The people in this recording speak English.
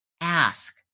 ask